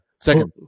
second